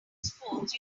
sports